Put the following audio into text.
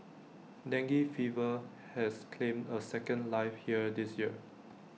dengue fever has claimed A second life here this year